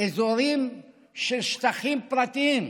אזורים של שטחים פרטיים,